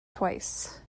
twice